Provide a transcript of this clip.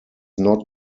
not